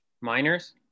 Miners